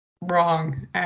wrong